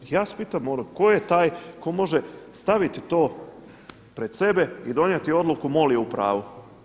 Ja se pitam tko je tko može staviti to pred sebe i donijeti odluku MOL je u pravu.